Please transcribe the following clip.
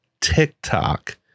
TikTok